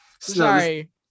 sorry